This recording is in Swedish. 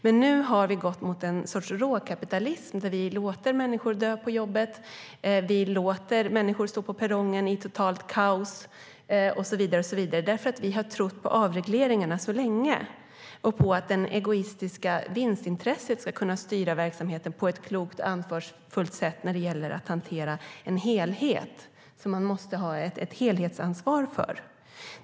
Men nu har vi gått mot en sorts råkapitalism, där vi låter människor dö på jobbet, där vi låter människor stå på perrongen i totalt kaos och så vidare. Man har så länge trott på avregleringarna och på att det egoistiska vinstintresset ska kunna styra verksamheten på ett klokt och ansvarsfullt sätt i hanteringen av en helhet - som man måste ha ett helhetsansvar för.